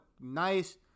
nice